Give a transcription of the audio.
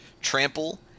trample